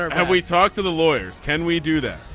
um how we talk to the lawyers. can we do that.